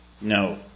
No